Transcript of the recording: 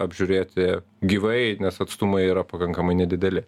apžiūrėti gyvai nes atstumai yra pakankamai nedideli